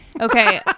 Okay